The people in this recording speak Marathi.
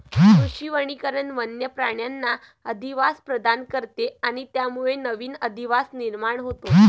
कृषी वनीकरण वन्य प्राण्यांना अधिवास प्रदान करते आणि त्यामुळे नवीन अधिवास निर्माण होतो